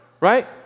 Right